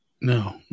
No